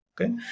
Okay